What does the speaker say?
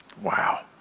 Wow